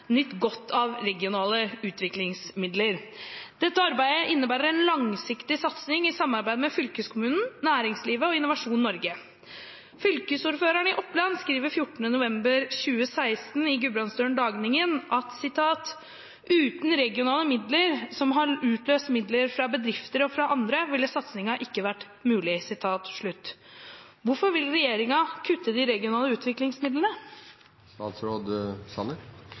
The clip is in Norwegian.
nytt godt av regionale utviklingsmidler. Dette arbeidet innebærer en langsiktig satsing i samarbeid med fylkeskommunen, næringslivet og Innovasjon Norge. Fylkesordføreren i Oppland skriver 14. november 2016 i Gudbrandsdølen Dagningen at «uten regionale midler som har utløst midler fra bedrifter og fra andre ville satsinga ikke vært mulig». Hvorfor vil regjeringen kutte de regionale utviklingsmidlene?»